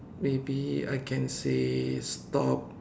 maybe I can say stop